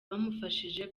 bamufashije